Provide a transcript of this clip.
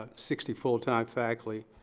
ah sixty full time faculty,